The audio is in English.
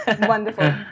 Wonderful